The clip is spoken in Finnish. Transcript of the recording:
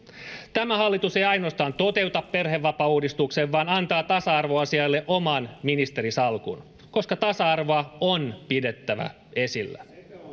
tämä hallitus ei ainoastaan toteuta perhevapaauudistusta vaan antaa tasa arvoasioille oman ministerisalkun koska tasa arvoa on pidettävä esillä